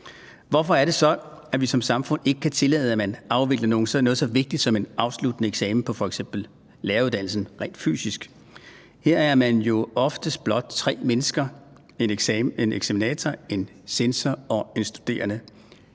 Hvorfor er det så, at vi som samfund ikke kan tillade, at man afvikler noget så vigtigt som en afsluttende eksamen på f.eks. læreruddannelsen rent fysisk? Her er man jo oftest blot tre mennesker – en eksaminator, en censor og en studerende